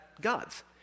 gods